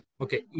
Okay